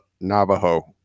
Navajo